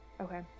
Okay